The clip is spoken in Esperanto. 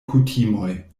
kutimoj